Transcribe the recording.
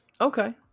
Okay